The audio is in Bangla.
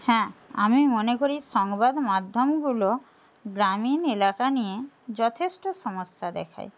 হ্যাঁ আমি মনে করি সংবাদমাধ্যমগুলো গ্রামীণ এলাকা নিয়ে যথেষ্ট সমস্যা দেখায়